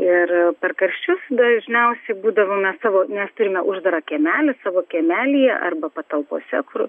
ir per karščius dažniausiai būdavome savo mes turime uždarą kiemelį savo kiemelyje arba patalpose kur